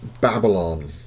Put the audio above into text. babylon